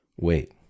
Wait